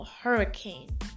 hurricane